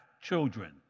children